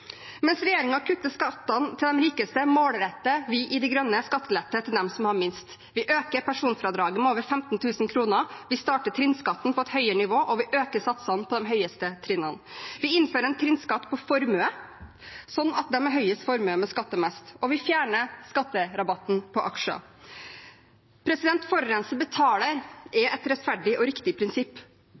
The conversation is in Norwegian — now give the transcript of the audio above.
Mens regjeringen kutter skattene for de rikeste, målretter vi i De Grønne skattelette for dem som har minst. Vi øker personfradraget med over 15000 kr, vi starter trinnskatten på et høyere nivå, og vi øker satsene på de høyeste trinnene, vi innfører en trinnskatt på formue, slik at de med høyest formue må skatte mest, og vi fjerner skatterabatten på aksjer. At forurenser betaler, er et rettferdig og riktig prinsipp.